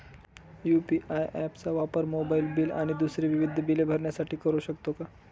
UPI app चा वापर mobile bill आणि दुसरी विविध बिले भरण्यासाठी करू शकतो का?